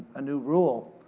a new rule.